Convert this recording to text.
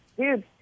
Dude